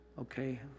Okay